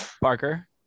Parker